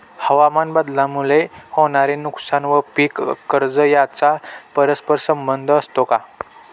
हवामानबदलामुळे होणारे नुकसान व पीक कर्ज यांचा परस्पर संबंध असतो का?